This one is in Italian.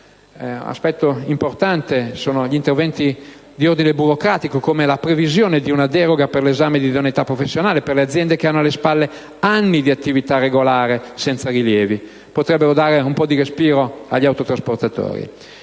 Un aspetto importante sono gli interventi di ordine burocratico, come la previsione di una deroga per l'esame di idoneità professionale per le aziende che hanno alle spalle anni di attività regolare senza rilievi, che potrebbero dare un po' di respiro agli autotrasportatori.